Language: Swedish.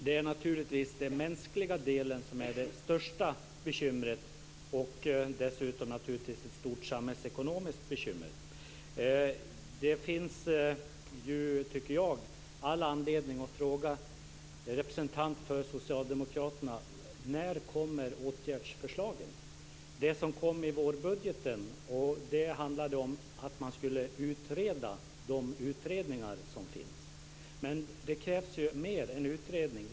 Det är naturligtvis den mänskliga delen som är det största bekymret. Dessutom är detta förstås ett stort samhällsekonomiskt bekymmer. Jag tycker att det finns all anledning att fråga en representant för Socialdemokraterna: När kommer åtgärdsförslagen? Det som kom i vårbudgeten handlade om att man skulle utreda de utredningar som finns. Men det krävs ju mer än utredningar.